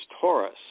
taurus